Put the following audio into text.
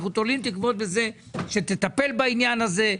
אנחנו תולים תקוות בזה שתטפל בעניין הזה.